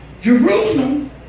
Jerusalem